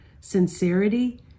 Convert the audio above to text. sincerity